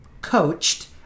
coached